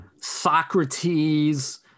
Socrates